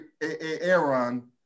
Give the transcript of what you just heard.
Aaron